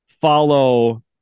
follow